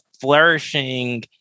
flourishing